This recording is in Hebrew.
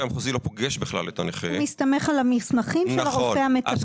המחוזי לא את הנכה --- הוא מסתמך על המסמכים של הרופא המטפל.